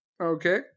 Okay